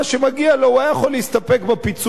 הוא היה יכול להסתפק בפיצוי הכספי.